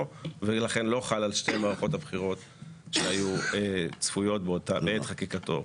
ולכן לא חל על שתי מערכות הבחירות שהיו צפויות בעת חקיקתו.